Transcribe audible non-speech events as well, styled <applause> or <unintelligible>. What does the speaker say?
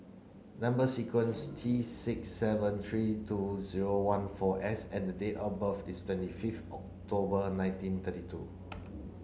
number sequence T six seven three two zero one four S and date of birth is twenty <unintelligible> October nineteen thirty two